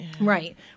right